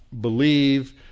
believe